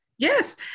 Yes